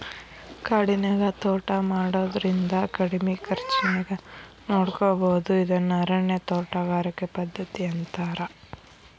ಕಾಡಿನ್ಯಾಗ ತೋಟಾ ಮಾಡೋದ್ರಿಂದ ಕಡಿಮಿ ಖರ್ಚಾನ್ಯಾಗ ನೋಡ್ಕೋಬೋದು ಇದನ್ನ ಅರಣ್ಯ ತೋಟಗಾರಿಕೆ ಪದ್ಧತಿ ಅಂತಾರ